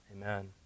Amen